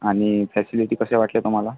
आणि फॅसिलिटी कशा वाटल्या तुम्हाला